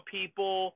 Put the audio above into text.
people